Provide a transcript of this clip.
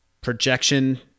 projection